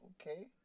Okay